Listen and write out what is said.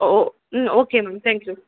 O oh hmm okay ma'am thank you